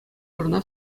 вырӑна